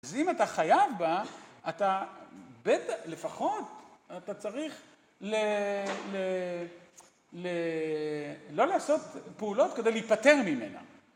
אז אם אתה חייב בה, אתה בטח, לפחות, אתה צריך לא לעשות פעולות כדי להיפטר ממנה.